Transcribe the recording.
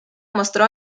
mostró